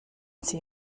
sie